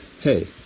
Hey